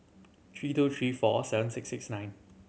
three two three four seven six six nine